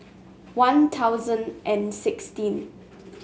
One Thousand and sixteen